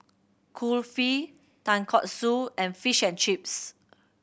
Kulfi Tonkatsu and Fish and Chips